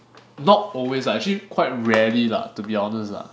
not always lah actually quite rarely lah to be honest